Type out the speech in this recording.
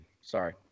Sorry